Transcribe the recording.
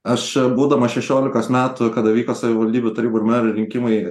aš būdama šešiolikos metų kada vyko savivaldybių tarybų ir merų rinkimai